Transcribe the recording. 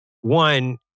one